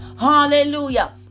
hallelujah